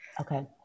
Okay